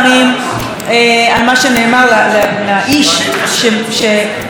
האיש שמייצג את המוסד שנאם כאן לפניו,